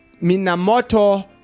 minamoto